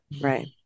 right